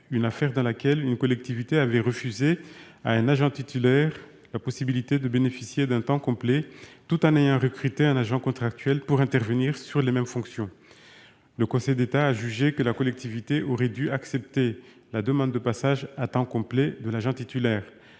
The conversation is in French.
une affaire dans laquelle une collectivité avait refusé à un agent titulaire la possibilité de bénéficier d'un temps complet, tout en ayant recruté un agent contractuel pour intervenir sur les mêmes fonctions. Le Conseil d'État a estimé que la collectivité aurait dû accepter la demande de passage à temps complet de l'agent titulaire.